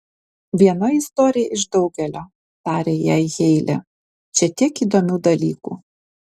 viena istorija iš daugelio tarė jai heile čia tiek įdomių dalykų